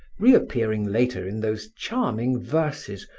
reappearing later in those charming verses,